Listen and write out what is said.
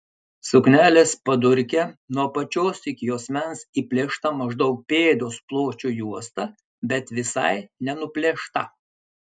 suknelės padurke nuo apačios iki juosmens įplėšta maždaug pėdos pločio juosta bet visai nenuplėšta